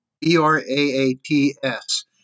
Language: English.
b-r-a-a-t-s